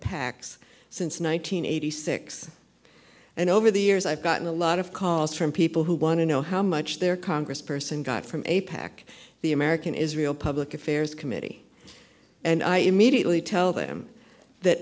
pacs since one nine hundred eighty six and over the years i've gotten a lot of calls from people who want to know how much their congressperson got from a pac the american israel public affairs committee and i immediately tell them that